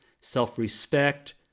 self-respect